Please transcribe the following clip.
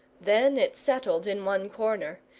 then it settled in one corner,